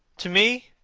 to me,